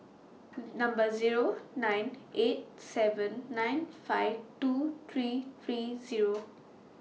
Number Zero nine eight seven nine five two three three Zero